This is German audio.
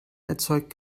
erzeugt